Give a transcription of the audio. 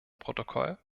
protokoll